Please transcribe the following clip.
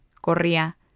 corría